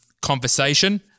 conversation